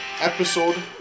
episode